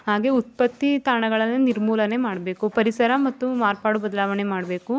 ಹಾಗೆ ಉತ್ಪತ್ತಿ ತಾಣಗಳನ್ನ ನಿರ್ಮೂಲನೆ ಮಾಡಬೇಕು ಪರಿಸರ ಮತ್ತು ಮಾರ್ಪಾಡು ಬದಲಾವಣೆ ಮಾಡಬೇಕು